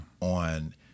on